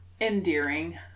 endearing